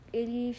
ele